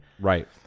Right